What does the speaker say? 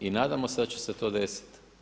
I nadamo se da će se to desiti.